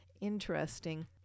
interesting